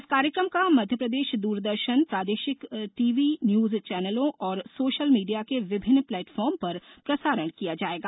इस कार्यक्रम का मध्य प्रदेश द्रदर्शन प्रादेशिक टीवी न्यूज चैनलों और सोशल मीडिया के विभिन्न प्लेटफॉर्म पर प्रसारण किया जाएगा